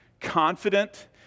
confident